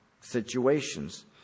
situations